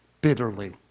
bitterly